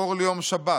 אור ליום שבת,